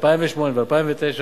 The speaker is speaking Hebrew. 2008 ו-2009),